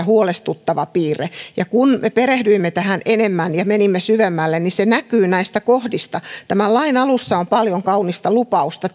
huolestuttava piirre kun me perehdyimme tähän enemmän ja menimme syvemmälle niin se näkyy näistä kohdista tämän lain alussa tekstiosuuksissa on paljon kaunista lupausta